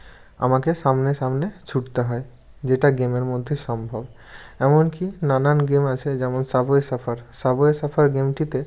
আমাকে সামনে সামনে ছুটতে হয় যেটা গেমের মধ্যে সম্ভব এমনকি নানান গেম আছে যেমন সাবওয়ে সার্ফার সাবওয়ে সার্ফার গেমটিতে